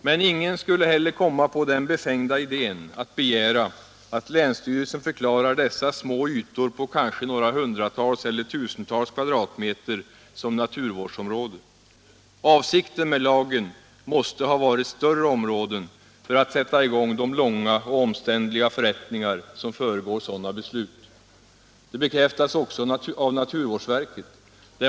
Men ingen skulle heller komma på den befängda idén att begära att länsstyrelsen förklarar dessa små ytor på kanske några hundratal eller tusental kvadratmeter som naturvårdsområde. Avsikten med lagen måste ha varit att det skall röra sig om större områden om man skall sätta i gång de långa och omständliga förrättningar som föregår sådana beslut. Det bekräftas också av naturvårdsverket.